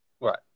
right